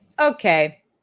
Okay